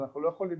אנחנו לא יכולים